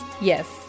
Yes